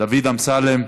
דוד אמסלם,